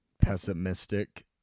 pessimistic